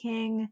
King